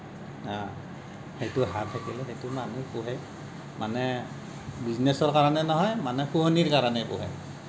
সেইটো হাঁহ থাকিলে সেইটো মানুহে পোহে মানে বিজনেছৰ কাৰণে নহয় মানুহে শুৱনিৰ কাৰণে পোহে